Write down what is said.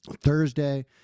thursday